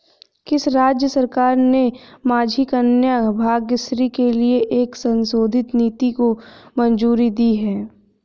किस राज्य सरकार ने माझी कन्या भाग्यश्री के लिए एक संशोधित नीति को मंजूरी दी है?